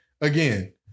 again—